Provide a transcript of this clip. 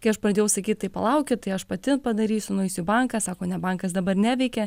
kai aš pradėjau sakyt tai palaukit tai aš pati padarysiu nueisiu į banką sako ne bankas dabar neveikia